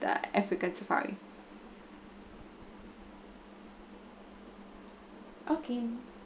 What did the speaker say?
the african safari okay